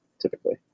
typically